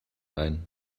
ein